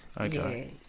Okay